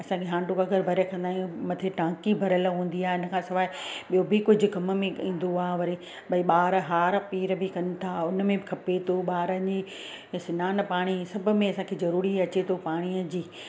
असांखे हांडो वग़ैरह भरे रखंदा आहियूं मथी टांकी भरियल हूंदी आहे हिन खां सवाइ ॿियों बि कुझु कमु में ईंदो आहे वरी भई ॿार हार पीर बि कनि था हुन में बि खपे थो ॿारनि जी सनानु पाणी सभु में असांखे ज़रूरी अचे थो पाणीअ जी